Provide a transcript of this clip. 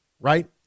right